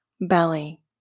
belly